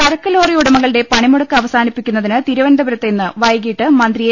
ചരക്ക് ലോറി ഉടമകളുടെ പണിമുടക്ക് അവസാനിപ്പിക്കുന്ന തിന് തിരുവനന്തപുരത്ത് ഇന്ന് വൈകീട്ട് മന്ത്രി എ